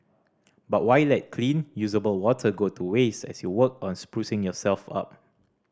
but why let clean usable water go to waste as you work on sprucing yourself up